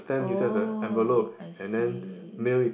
oh I see